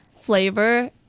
flavor